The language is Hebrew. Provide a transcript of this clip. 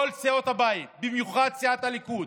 כל סיעות הבית, במיוחד סיעת הליכוד.